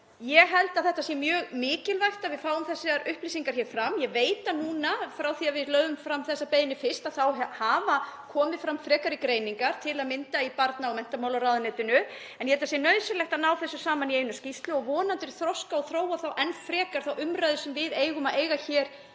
Ég held að það sé mjög mikilvægt að við fáum þessar upplýsingar. Ég veit að núna, frá því að við lögðum þessa beiðni fram fyrst, hafa komið fram frekari greiningar, til að mynda í mennta- og barnamálaráðuneytinu. Ég held að það sé nauðsynlegt að ná þessu saman í eina skýrslu og vonandi að þroska og þróa þá enn frekar þá umræðu sem við eigum að eiga hér